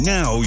Now